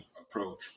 approach